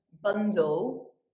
bundle